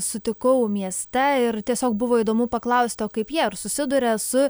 sutikau mieste ir tiesiog buvo įdomu paklausti o kaip jie susiduria su